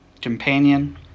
companion